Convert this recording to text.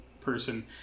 person